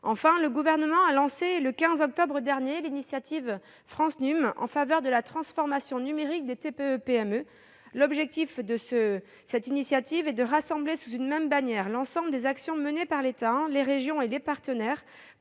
Enfin, le Gouvernement a lancé, le 15 octobre dernier, l'initiative France Num pour la transformation numérique des TPE et PME. Cette initiative a pour objectif de rassembler sous une même bannière l'ensemble des actions menées par l'État, les régions et les partenaires